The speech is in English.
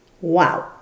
Wow